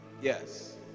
Yes